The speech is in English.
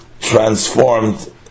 transformed